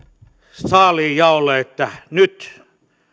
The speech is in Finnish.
saaliinjaolle että nyt